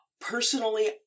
personally